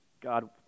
God